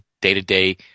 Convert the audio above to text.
day-to-day